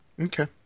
Okay